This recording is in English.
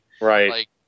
Right